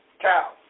cow